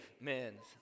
men's